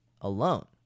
alone